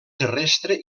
terrestre